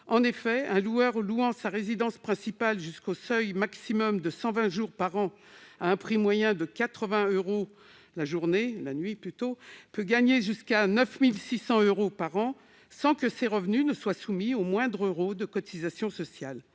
En effet, un loueur louant sa résidence principale jusqu'au seuil maximum de 120 jours par an à un prix moyen de 80 euros la nuit peut gagner jusqu'à 9 600 euros par an sans que ces revenus soient soumis au moindre euro de cotisation sociale.